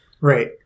Right